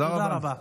תודה רבה.